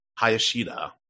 Hayashida